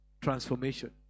transformation